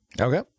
Okay